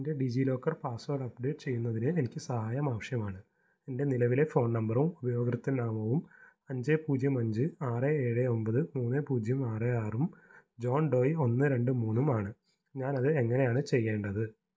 എന്റെ DigiLocker password update ചെയ്യുന്നതിന് എനിക്ക് സഹായം ആവശ്യമാണ് എന്റെ നിലവിലെ ഫോൺ നമ്പറും ഉപയോകൃത നാമവും അഞ്ച് പൂജ്യം അഞ്ച് ആറ് ഏഴ് ഒമ്പത് മൂന്ന് പൂജ്യം ആറ് ആറും ജോൺ ഡോയി ഒന്ന് രണ്ട് മൂന്നും ആണ് ഞാനത് എങ്ങനെയാണ് ചെയ്യേണ്ടത്